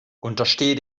untersteh